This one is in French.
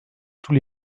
tous